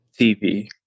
tv